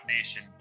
Nation